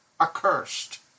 accursed